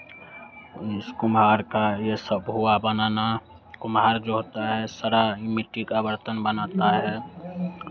इस कुम्हार का ये सब हुआ बनाना कुम्हार जो होता है सारा ई मिट्टी का बर्तन बनाता है